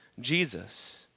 Jesus